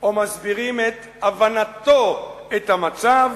את הבנתו את המצב.